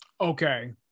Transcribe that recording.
Okay